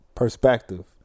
perspective